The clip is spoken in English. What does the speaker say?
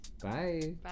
Bye